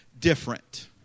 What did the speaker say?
different